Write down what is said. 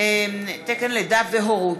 תקן לידה והורות.